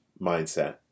mindset